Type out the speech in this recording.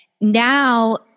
now